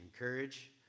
encourage